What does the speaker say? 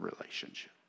relationship